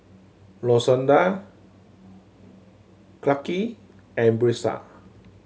Lashonda Clarke and Brisa